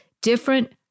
different